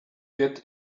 get